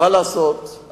מה לעשות?